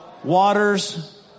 Waters